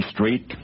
Street